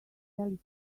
alice